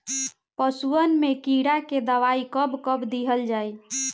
पशुअन मैं कीड़ा के दवाई कब कब दिहल जाई?